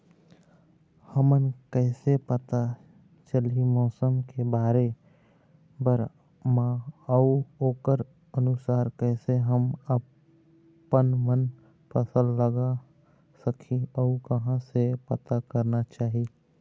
हमन कैसे पता चलही मौसम के भरे बर मा अउ ओकर अनुसार कैसे हम आपमन फसल लगा सकही अउ कहां से पता करना चाही?